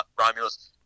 Romulus